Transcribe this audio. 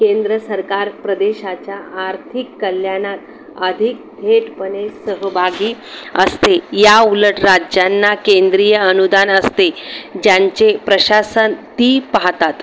केंद्र सरकार प्रदेशाच्या आर्थिक कल्याणात अधिक थेटपने सहभागी असते याउलट राज्यांना केंद्रीय अनुदान असते ज्यांचे प्रशासन ती पाहतात